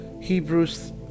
hebrews